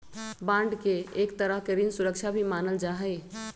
bond के एक तरह के ऋण सुरक्षा भी मानल जा हई